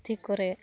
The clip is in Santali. ᱯᱩᱛᱷᱤ ᱠᱚᱨᱮ